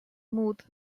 mood